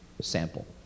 Sample